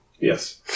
Yes